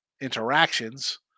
interactions